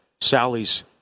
Sally's